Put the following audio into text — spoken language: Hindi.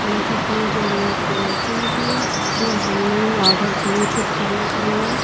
उनकी कोई ज़रूरत नहीं है क्योंकि जो हमने ऑर्डर किए थे खाने के लिए